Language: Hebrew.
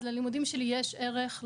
אז ללימודים שלי יש ערך,